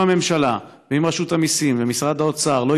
אם הממשלה ואם רשות המיסים ומשרד האוצר לא